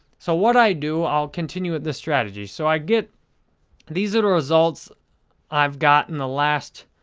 so, what i do, i'll continue with the strategies. so, i get these are the results i've gotten the last,